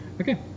Okay